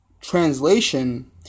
Translation